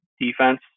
defense